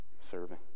serving